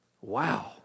Wow